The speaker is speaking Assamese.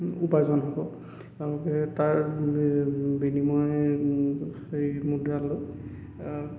উপাৰ্জন হ'ব তেওঁলোকে তাৰ বিনিময় হেৰি মুদ্ৰালৈ